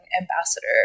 ambassador